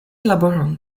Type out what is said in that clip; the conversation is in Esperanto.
laboron